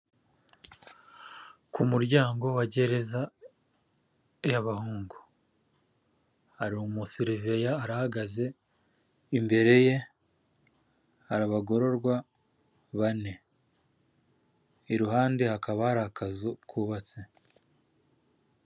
Ku muryango wa gereza y'abahungu, hari umusereveya arahagaze, imbere ye hari abagororwa bane, iruhande hakaba ari akazu kubatse.